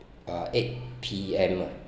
uh eight P_M lah